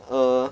err